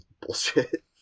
bullshit